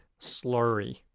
slurry